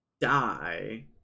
die